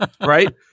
Right